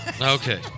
Okay